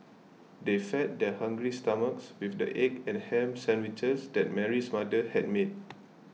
they fed their hungry stomachs with the egg and ham sandwiches that Mary's mother had made